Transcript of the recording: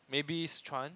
maybe Sichuan